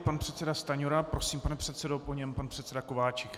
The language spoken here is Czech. Pan předseda Stanjura, prosím, pane předsedo, po něm pan předseda Kováčik.